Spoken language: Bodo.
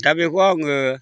दा बेखौ आङो